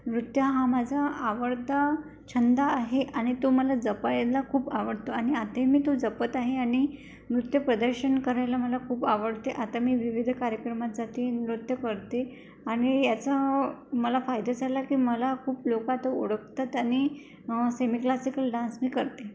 नृत्य हा माझा आवडता छंद आहे आणि तो मला जपायला खूप आवडतो आणि आता मी तो जपत आहे आणि नृत्यप्रदर्शन करायला मला खूप आवडते आता मी विविध कार्यक्रमांसाठी नृत्य करते आणि याचा मला फायदा झाला की मला खूप लोकं तो ओळखतात आणि सेमी क्लासिकल डान्स मी करते